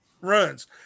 runs